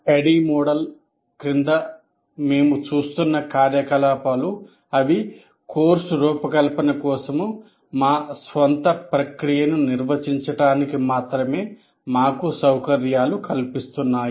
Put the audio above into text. Phase ADDIE model క్రింద మేము చూస్తున్న కార్యకలాపాలు అవి కోర్సు రూపకల్పన కోసం మా స్వంత ప్రక్రియను నిర్వచించడానికి మాత్రమే మాకు సౌకర్యాలు కల్పిస్తున్నాయి